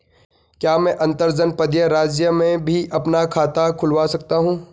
क्या मैं अंतर्जनपदीय राज्य में भी अपना खाता खुलवा सकता हूँ?